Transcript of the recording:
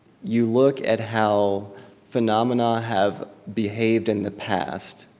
you look at how phenomena have behaved in the past.